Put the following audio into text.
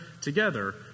together